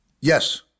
Yes